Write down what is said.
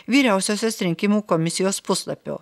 vyriausiosios rinkimų komisijos puslapio